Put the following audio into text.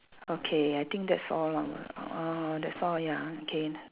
okay I think that's all lor uh that's all ya K